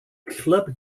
club